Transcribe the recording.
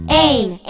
ain